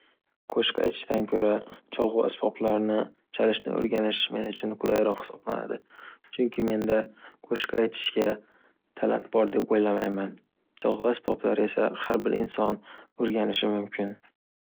Qo’shiq aytishdan ko’ra cholg’u asboblarni chalishni o’rganish men uchun qulayroq hisoblanadi. Chunki menda qo’shiq aytishga talant bor deb o’ylamayman. Cholg’u asboblari esa har bir inson o’rganishi mumkin.